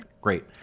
great